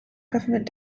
government